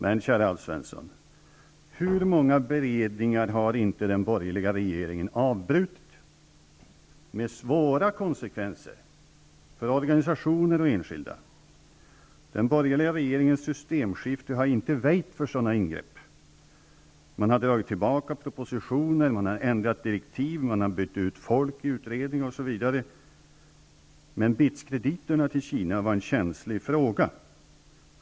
Men, käre Alf Svensson! Hur många beredningar har inte den borgerliga regeringen avbrutit, med svåra konsekvenser för organisationer och enskilda? Den borgerliga regeringens systemskifte har inte väjt för sådana ingrepp. Man har dragit tillbaka propositioner, man har ändrat direktiv, man har bytt ut folk i utredningar osv. BITS krediterna till Kina var en känslig fråga.